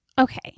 Okay